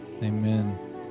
Amen